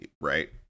Right